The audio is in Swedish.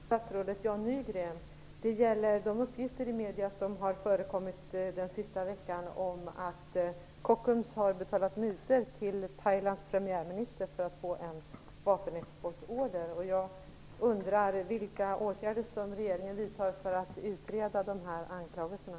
Herr talman! Jag vill rikta en fråga till statsrådet Det gäller de uppgifter som förekommit i massmedierna den senaste veckan om att Kockums har betalat mutor till Thailands premiärminister för att få en vapenexportorder. Vilka åtgärder vidtar regeringen för att utreda de här anklagelserna?